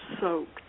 soaked